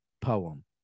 poem